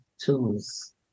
tools